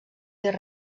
dir